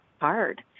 hard